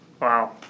Wow